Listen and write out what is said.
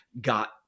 got